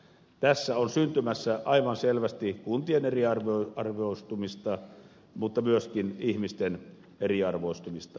tässä on syntymässä aivan selvästi kuntien eriarvoistumista mutta myöskin ihmisten eriarvoistumista